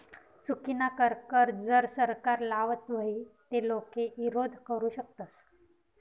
चुकीनाकर कर जर सरकार लावत व्हई ते लोके ईरोध करु शकतस